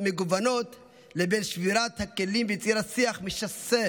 מגוונות לבין שבירת הכלים ויצירת שיח משסה